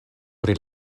pri